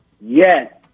Yes